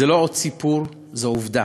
זה לא עוד סיפור, זה עובדה,